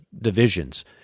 divisions